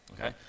Okay